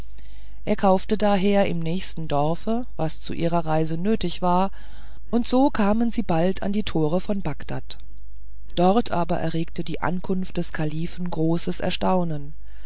er kaufte daher im nächsten dorfe was zu ihrer reise nötig war und so kamen sie bald an die tore von bagdad dort aber erregte die ankunft des kalifen großes erstaunen